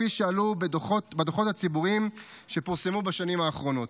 כפי שעלו בדוחות הציבוריים שפורסמו בשנים האחרונות.